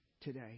today